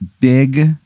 big